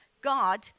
God